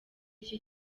iki